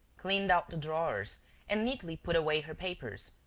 cleaned out the drawers and neatly put away her papers,